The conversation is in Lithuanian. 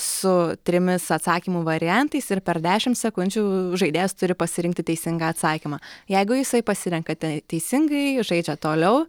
su trimis atsakymų variantais ir per dešim sekundžių žaidėjas turi pasirinkti teisingą atsakymą jeigu jisai pasirenkate teisingai žaidžia toliau